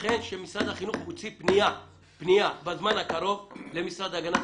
אכן שמשרד החינוך מוציא פניה בזמן הקרוב למשרד להגנת